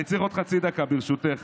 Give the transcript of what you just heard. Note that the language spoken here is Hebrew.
אני צריך עוד חצי דקה, ברשותך.